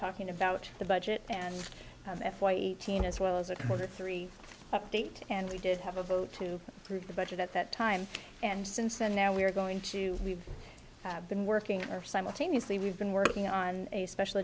talking about the budget and of f y e team as well as a quarter three update and we did have a vote to approve the budget at that time and since then now we're going to we've been working our simultaneously we've been working on a special